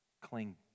Cling